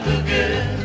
again